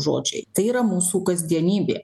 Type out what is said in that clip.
žodžiai tai yra mūsų kasdienybė